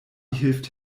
hilft